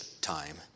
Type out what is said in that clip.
time